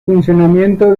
funcionamiento